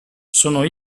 sono